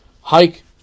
Hike